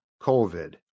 COVID